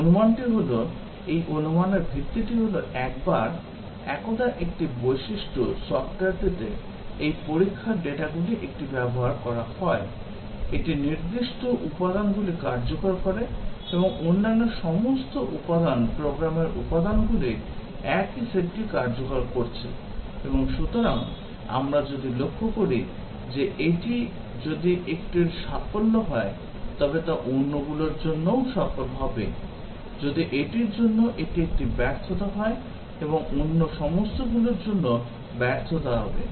অনুমানটি হল এই অনুমানের ভিত্তিটি হল একবার একদা একটি বৈশিষ্ট্য সফ্টওয়্যারটিতে এই পরীক্ষার ডেটাগুলির একটি ব্যবহার করা হয় এটি নির্দিষ্ট উপাদানগুলি কার্যকর করে এবং অন্যান্য সমস্ত উপাদান প্রোগ্রামের উপাদানগুলির একই সেটটি কার্যকর করছে এবং সুতরাং আমরা যদি লক্ষ্য করি যে এটি যদি একটির সাফল্য হয় তবে তা অন্যগুলোর জন্যও সফল হবে যদি এটির জন্য এটি একটি ব্যর্থতা হয় এবং অন্য সমস্তগুলোর জন্য ব্যর্থতা হবে